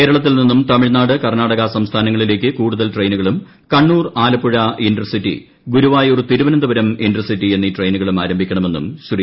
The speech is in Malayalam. കേരളത്തിൽ നിന്നും തമിഴ്നാട് കർണ്ണാടക സംസ്ഥാനങ്ങളി ലേക്ക് കൂടുതൽ ട്രെയിനുകളും കണ്ണൂർ ആലപ്പുഴ ഇന്റർസിറ്റി ഗുരുവായൂർ തിരുവനന്തപുരം ഇന്റർസിറ്റി എന്നീ ട്രെയിനുകളും ആരംഭിക്കണമെന്നും ശ്രീ